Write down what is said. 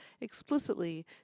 explicitly